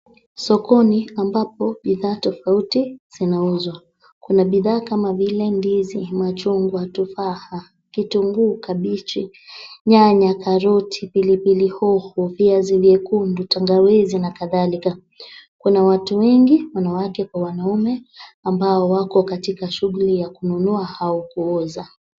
Sokoni ambapo bidhaa tofauti zinauzwa. Kuna bidhaa kama vile ndizi, machungwa, tufaha, kitunguu, kabeji, nyanya ,karoti, pilipili hoho, viazi vyekundu, tangawizi na kadhalika. Kuna watu wengi wanawake kwa wanaume ambao wako katika shughuli ya kununua au kuuza.